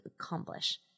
accomplish